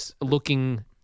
looking